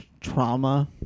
trauma